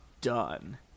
done